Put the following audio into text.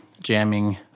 jamming